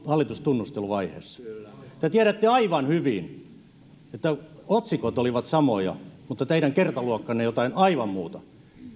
hallitustunnusteluvaiheessa te tiedätte aivan hyvin että otsikot olivat samoja mutta teidän kertaluokkanne jotain aivan muuta